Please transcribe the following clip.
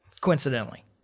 Coincidentally